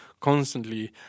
constantly